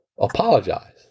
apologize